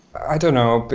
i don't know.